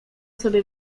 sobie